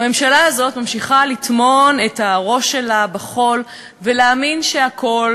הממשלה הזאת ממשיכה לטמון את הראש שלה בחול ולהאמין שהכול,